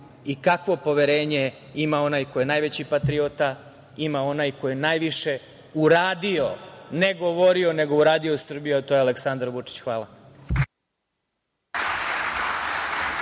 i kakvo poverenje ima onaj koji je najveći patriota, ima onaj koji je najviše uradio, ne govorio, nego uradio Srbiji, a to je Aleksandar Vučić. Hvala.